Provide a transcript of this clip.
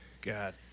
God